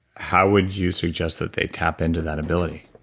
how would you suggest that they tap into that ability?